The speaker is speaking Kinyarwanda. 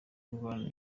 irwana